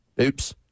Oops